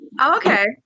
Okay